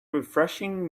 refreshing